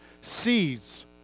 sees